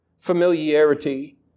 familiarity